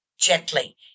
gently